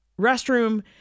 restroom